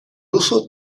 uso